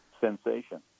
sensation